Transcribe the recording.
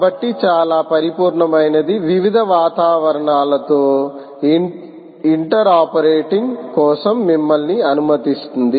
కాబట్టి చాలా పరిపూర్ణమైనది వివిధ వాతావరణాలతో ఇంటరపరేటింగ్ కోసం మిమ్మల్ని అనుమతిస్తుంది